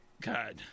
God